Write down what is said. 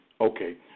okay